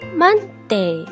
Monday